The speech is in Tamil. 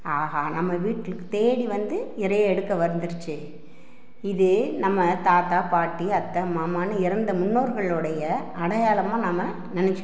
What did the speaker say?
ஆஹா நம்ம வீட்டுக்கு தேடி வந்து இரையை எடுக்க வந்துருச்சு இதே நம்ம தாத்தா பாட்டி அத்தை மாமான்னு இறந்த முனோர்களுடைய அடையாளமாக நம்ம நினச்சிக்கணும்